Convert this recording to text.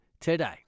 today